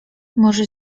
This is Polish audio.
może